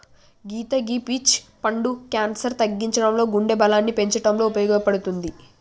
సీత గీ పీచ్ పండు క్యాన్సర్ తగ్గించడంలో గుండె బలాన్ని పెంచటంలో ఉపయోపడుతది